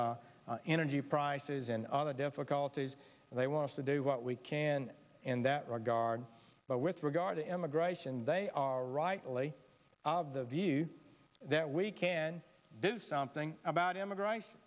with energy prices and other difficulties and they want to do what we can in that regard but with regard to immigration they are rightly of the view that we can do something about immigration